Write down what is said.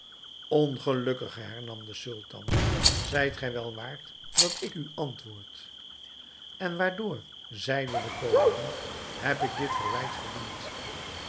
ongelukkige hernam de sultan zijt gij wel waard dat ik u antwoord en waardoor zeide de koningin heb ik dit verwijt verdiend